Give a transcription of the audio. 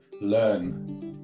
learn